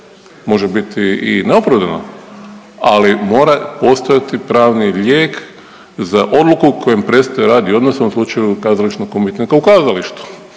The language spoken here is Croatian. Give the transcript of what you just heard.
može biti i neopravdana, ali mora postojati pravni lijek za odluku kojim prestaje radni odnos, u ovom slučaju kazališnog umjetnika u kazalištu.